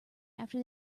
after